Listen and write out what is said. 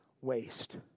waste